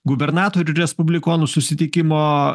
gubernatorių respublikonų susitikimo